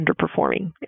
underperforming